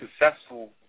successful